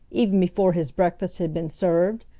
even before his breakfast had been served.